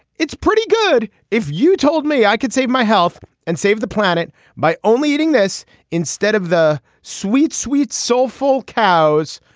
it's pretty good if you told me i could save my health and save the planet by only eating this instead of the sweet sweet soulful cows.